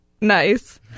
nice